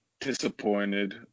disappointed